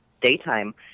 daytime